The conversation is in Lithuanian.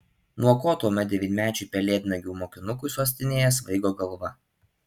nuo ko tuomet devynmečiui pelėdnagių mokinukui sostinėje svaigo galva